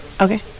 Okay